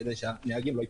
כדי שהנהגים לא ייפגעו.